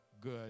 good